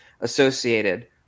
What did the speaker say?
associated